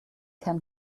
can